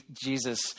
Jesus